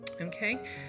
okay